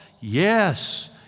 Yes